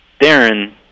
Darren